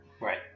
Right